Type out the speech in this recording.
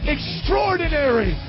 Extraordinary